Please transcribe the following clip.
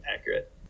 accurate